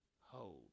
hold